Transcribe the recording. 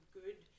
good